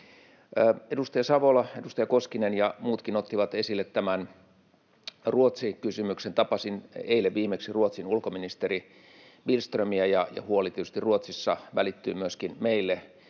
Edustaja Savola, edustaja Koskinen ja muutkin ottivat esille Ruotsi-kysymyksen. Tapasin eilen viimeksi Ruotsin ulkoministeri Billströmiä, ja tietysti huoli Ruotsista välittyi myöskin meille